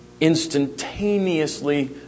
instantaneously